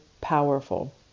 powerful